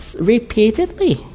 repeatedly